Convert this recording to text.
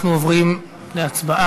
אנחנו עוברים להצבעה